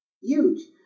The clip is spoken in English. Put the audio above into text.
huge